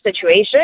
situation